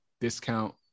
discount